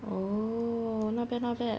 oh not bad not bad